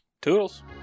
Toodles